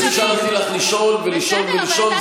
אני אפשרתי לך לשאול ולשאול ולשאול.